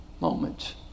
moments